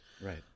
right